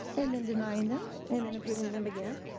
and then denying them, and then approving them again,